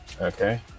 Okay